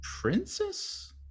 Princess